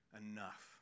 enough